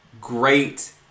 great